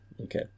Okay